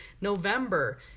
November